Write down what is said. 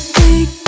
big